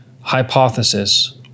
hypothesis